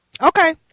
Okay